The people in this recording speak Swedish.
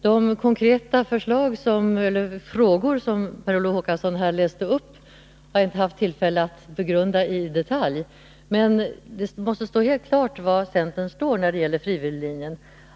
De konkreta frågor som Per Olof Håkansson läste upp har jag inte haft tillfälle att i detalj begrunda, men det måste stå helt klart var centern står när det gäller frivillighetslinjen.